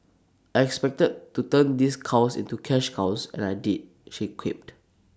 I expected to turn these cows into cash cows and I did she quipped